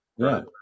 Right